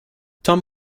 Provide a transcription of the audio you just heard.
tom